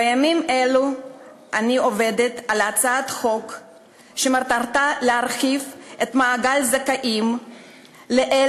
בימים אלה אני עובדת על הצעת חוק שמטרתה להרחיב את מעגל הזכאים לאלה